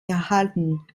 erhalten